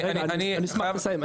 אני אשמח לסיים.